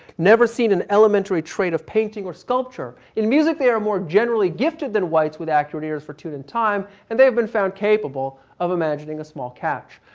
never seen an elementary trade of painting or sculpture. in music there are more generally gifted than whites with accurate ears for tune and time, and they've been found of capable of imagining a small catch.